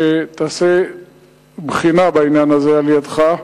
שתיעשה בחינה בעניין הזה על-ידיך,